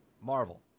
Marvel